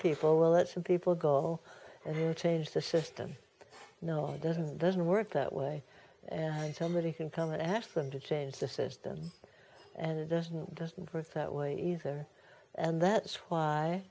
people will let some people go and change the system no it doesn't doesn't work that way and somebody can come and ask them to change the system and it doesn't doesn't work that way either and that's why